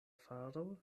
faro